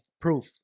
proof